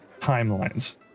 timelines